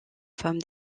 femme